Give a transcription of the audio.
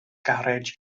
garej